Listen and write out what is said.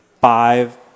five